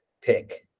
pick